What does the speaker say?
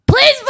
Please